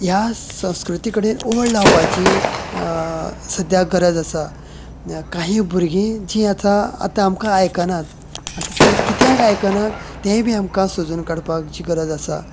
ह्या संस्कृती कडेन ओड लावपाची सद्या गरज आसा काही भुरगीं जी आतां आतां आमकां आयकनात आनी ती कित्याक आयकनात तेयी आमकां सोदून काडपाची गरज आसा